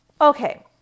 Okay